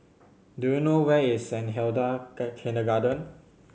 do you know where is Saint Hilda Kindergarten